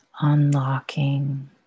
Unlocking